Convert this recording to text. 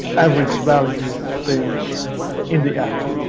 average value there in the app,